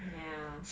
ya